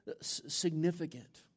significant